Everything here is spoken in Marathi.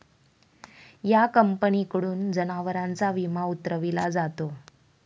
या कंपनीकडून जनावरांचा विमा उतरविला जातो